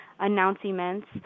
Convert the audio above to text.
announcements